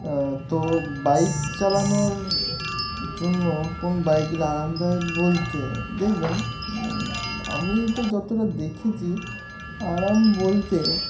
তো বাইক চালানোর জন্য কোন বাইকগুলো আরামদায়ক বলতে দেখবেন আমি তো যতটা দেখেছি আরাম বলতে